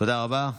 תודה רבה.